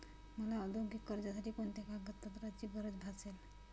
मला औद्योगिक कर्जासाठी कोणत्या कागदपत्रांची गरज भासेल?